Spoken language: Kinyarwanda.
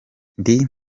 ndi